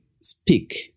speak